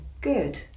Good